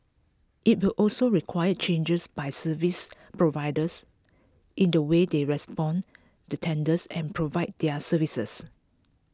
IT will also require changes by service providers in the way they respond to tenders and provide their services